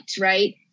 right